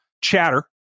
chatter